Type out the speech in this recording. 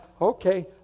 okay